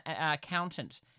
accountant